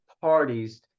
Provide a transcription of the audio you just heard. parties